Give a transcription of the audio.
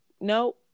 no